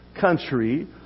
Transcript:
country